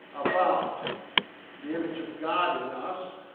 about the image of god in us?